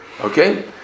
Okay